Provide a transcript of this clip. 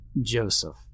Joseph